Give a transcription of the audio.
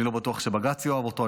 אני לא בטוח שבג"ץ יאהב אותו,